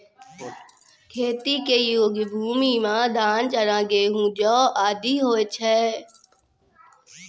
खेती योग्य भूमि म धान, चना, गेंहू, जौ आदि होय छै